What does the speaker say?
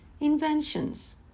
Inventions